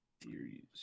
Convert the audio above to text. Theories